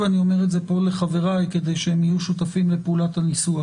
ואני אומר את זה פה לחבריי כדי שהם יהיו שותפים לפעולת הניסוח,